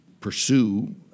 pursue